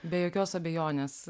be jokios abejonės